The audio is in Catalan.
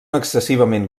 excessivament